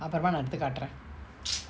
அபரமா நா எடுத்து காட்ர:aparama na eduthu katra